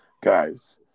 guys